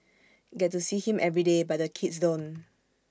get to see him every day but the kids don't